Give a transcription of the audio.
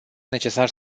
necesar